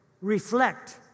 reflect